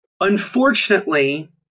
Unfortunately